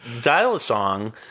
Dial-A-Song